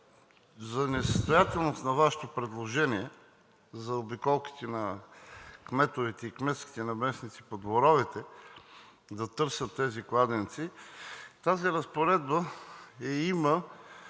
за несъстоятелност на Вашето предложение – за обиколките на кметовете и кметските наместници по дворовете да търсят тези кладенци. Тази разпоредба я